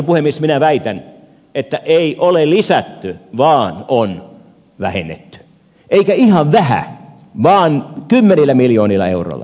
minä väitän että ei ole lisätty vaan on vähennetty eikä ihan vähän vaan kymmenillä miljoonilla euroilla